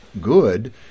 Good